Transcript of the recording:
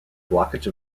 blockage